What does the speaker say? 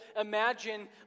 imagine